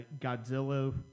Godzilla